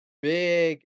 Big